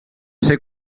ser